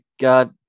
God